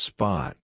Spot